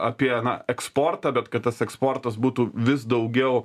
apie eksportą bet kad tas eksportas būtų vis daugiau